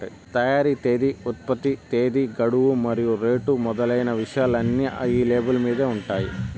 తయారీ తేదీ ఉత్పత్తి తేదీ గడువు మరియు రేటు మొదలైన విషయాలన్నీ ఈ లేబుల్ మీద ఉంటాయి